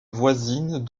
voisine